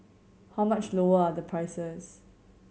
how much lower are the prices